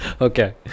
okay